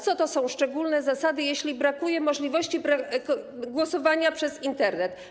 Co to są szczególne zasady, jeśli nie ma możliwości głosowania przez Internet?